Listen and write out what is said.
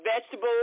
vegetables